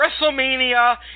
Wrestlemania